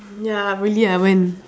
ya really ah when